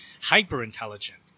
hyper-intelligent